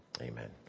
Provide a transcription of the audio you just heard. Amen